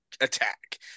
attack